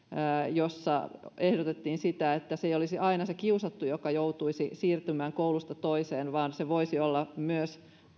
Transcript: jossa ehdotettiin että se ei olisi aina se kiusattu joka joutuisi siirtymään koulusta toiseen vaan se voisi olla myös